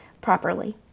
properly